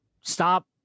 stop